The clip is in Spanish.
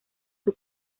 sus